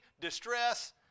distress